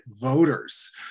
voters